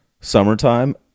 Summertime